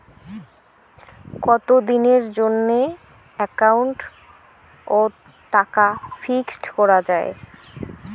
কতদিনের জন্যে একাউন্ট ওত টাকা ফিক্সড করা যায়?